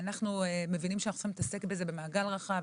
אנו מבינים שאנו צריכים להתעסק בזה במעגל רחב,